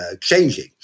changing